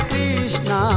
Krishna